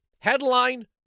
Headline